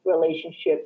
relationships